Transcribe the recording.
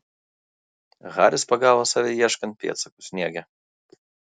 haris pagavo save ieškant pėdsakų sniege